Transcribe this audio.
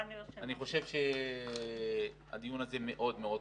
אני חושב שהדיון הזה מאוד מאוד חשוב.